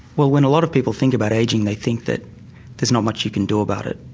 well when a lot of people think about ageing, they think that there's not much you can do about it.